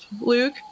Luke